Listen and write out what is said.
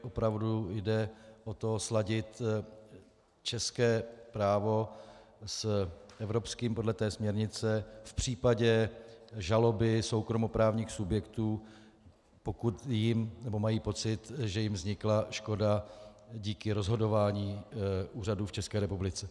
Opravdu jde o to sladit české právo s evropským podle té směrnice v případě žaloby soukromoprávních subjektů, pokud mají pocit, že jim vznikla škoda díky rozhodování úřadu v České republice.